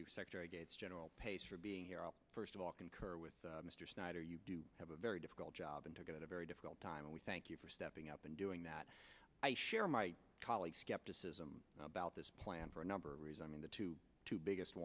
you secretary gates general pace for being here first of all concur with mr snyder you have a very difficult job and to get a very difficult time and we thank you for stepping up and doing that i share my colleagues skepticism about this plan for a number of ways i mean the two biggest